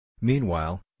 Meanwhile